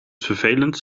vervelend